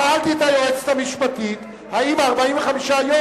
שאלתי את היועצת המשפטית אם 45 יום,